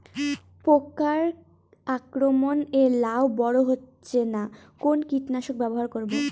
পোকার আক্রমণ এ লাউ বড় হচ্ছে না কোন কীটনাশক ব্যবহার করব?